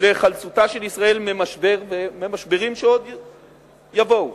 להיחלצותה של ישראל ממשבר וממשברים שעוד יבואו,